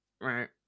Right